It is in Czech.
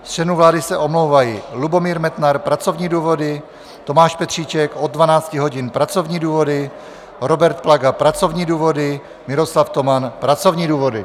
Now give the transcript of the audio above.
Z členů vlády se omlouvají: Lubomír Metnar pracovní důvody, Tomáš Petříček od 12 hodin pracovní důvody, Robert Plaga pracovní důvody, Miroslav Toman pracovní důvody.